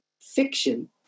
fiction